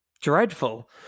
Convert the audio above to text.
dreadful